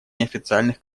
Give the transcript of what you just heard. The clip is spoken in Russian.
неофициальных